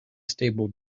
stable